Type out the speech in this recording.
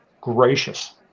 gracious